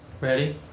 Ready